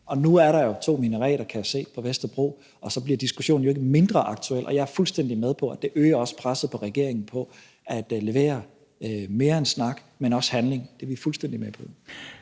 Og nu er der to minareter, kan jeg se, på Vesterbro, og så bliver diskussionen jo ikke mindre aktuel, og jeg er fuldstændig med på, at det også øger presset på regeringen for at levere mere end snak, men også handling. Det er vi fuldstændig med på.